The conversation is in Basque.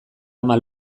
ama